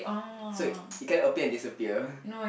so you can appear and disappear